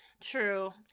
True